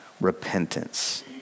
repentance